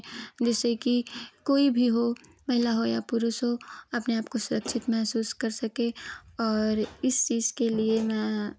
जैसे कि कोई भी हो महिला हो या पुरुष हो आपने आपको सुरक्षित मेहसूस कर सकें और इस चीज़ के लिए न